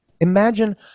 Imagine